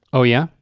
oh, yeah.